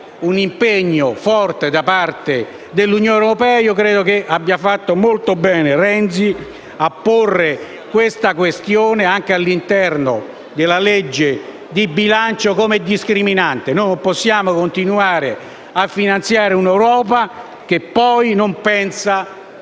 un impegno forte da parte dell'Unione europea. Credo abbia fatto molto bene Renzi a porre la questione anche all'interno del disegno di legge di bilancio come discriminante. Non possiamo continuare a finanziare un'Europa che poi non pensa ai